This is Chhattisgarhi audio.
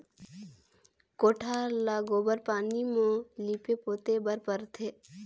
कोठार ल गोबर पानी म लीपे पोते बर परथे